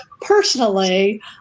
personally